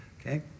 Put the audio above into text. Okay